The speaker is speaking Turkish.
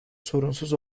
sorunsuz